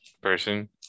person